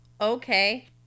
Okay